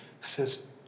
says